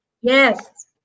yes